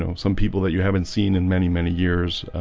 so some people that you haven't seen in many many years